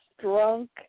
drunk